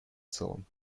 целом